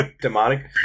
Demonic